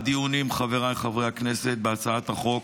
חבריי חברי הכנסת, במהלך הדיונים בהצעת חוק